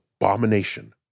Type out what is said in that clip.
abomination